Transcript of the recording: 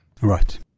Right